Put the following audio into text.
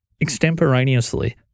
extemporaneously